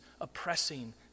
oppressing